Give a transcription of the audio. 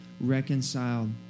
reconciled